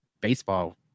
baseball